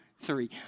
three